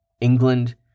England